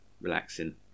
relaxing